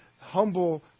humble